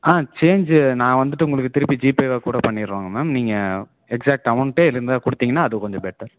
ஆ change நான் வந்துட்டு உங்களுக்கு திருப்பி ஜிபேவா கூட பண்ணிடுவாங்க மேம் நீங்கள் எக்ஸ்சாக்ட் அமௌண்ட்டு இருந்தால் கொடுத்திங்கனா அது கொஞ்சம் பெட்டர்